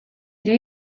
ere